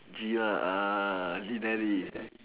gear uh